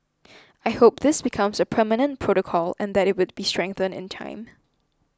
I hope this becomes a permanent protocol and that it would be strengthened in time